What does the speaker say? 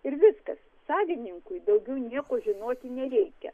ir viskas savininkui daugiau nieko žinoti nereikia